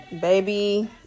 baby